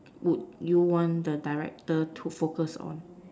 would you want the director to focus on